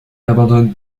abandonne